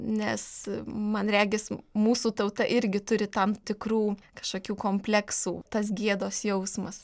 nes man regis mūsų tauta irgi turi tam tikrų kažkokių kompleksų tas gėdos jausmas